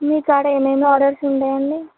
మీకాడ ఎనెన్ని ఆర్డర్స్ ఉంటాయండి